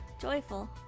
joyful